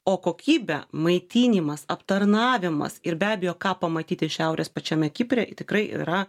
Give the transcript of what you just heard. o kokybę maitinimas aptarnavimas ir be abejo ką pamatyti šiaurės pačiame kipre tikrai yra